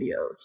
videos